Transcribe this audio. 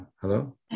Hello